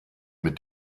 mit